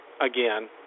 again